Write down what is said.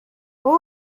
اوه